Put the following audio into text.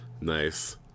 Nice